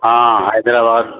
ହଁ ହାଇଦ୍ରାବାଦ